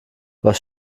was